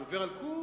אני עובר על כולם.